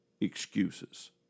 excuses